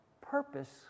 purpose